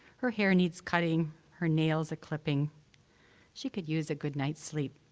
her hair needs cutting, her nails a clipping she could use a good night's sleep.